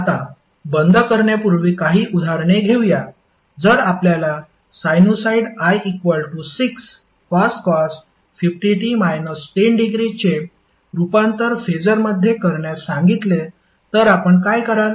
आता बंद करण्यापूर्वी काही उदाहरणे घेऊया जर आपल्याला साइनुसॉईड i6cos 50t 10° चे रूपांतर फेसरमध्ये करण्यास सांगितले तर आपण काय कराल